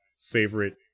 favorite